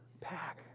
pack